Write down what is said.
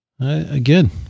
again